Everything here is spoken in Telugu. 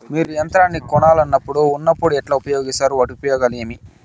మీరు యంత్రాన్ని కొనాలన్నప్పుడు ఉన్నప్పుడు ఎట్లా ఉపయోగిస్తారు వాటి ఉపయోగాలు ఏవి?